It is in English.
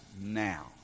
now